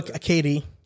Katie